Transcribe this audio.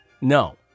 No